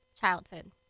childhood